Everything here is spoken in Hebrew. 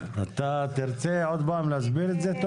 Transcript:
אתה תרצה עוד פעם להסביר את זה?